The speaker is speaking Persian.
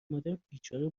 مادربیچاره